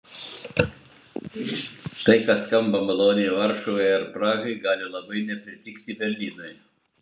tai kas skamba maloniai varšuvai ar prahai gali labai nepatikti berlynui